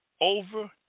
over